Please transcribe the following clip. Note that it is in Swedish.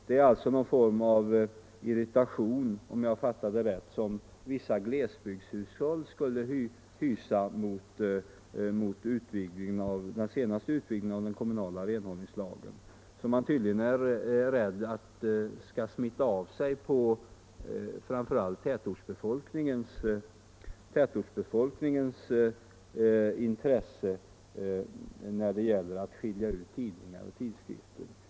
Det är alltså någon form av irritation, om jag fattar det rätt, som vissa glesbygdshushåll skulle hysa mot den senaste utvidgningen av den kommunala renhållningslagen. Man är tydligen rädd att den skall smitta av sig på framför allt tätortsbefolkningens intresse när det gäller att skilja ut tidningar och tidskrifter.